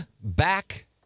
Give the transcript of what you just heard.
back